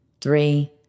Three